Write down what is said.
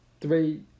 Three